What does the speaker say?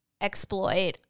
exploit